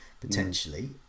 potentially